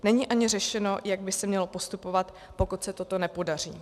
Není ani řešeno, jak by se mělo postupovat, pokud se toto nepodaří.